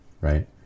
right